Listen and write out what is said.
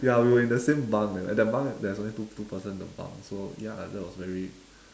ya we were in the same bunk eh and that bunk there's only two two person in the bunk so ya lah that was very